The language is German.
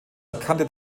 erkannte